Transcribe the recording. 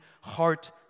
heart